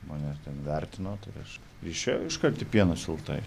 mane ten vertino tai aš ir išėjau iškart į pienas lt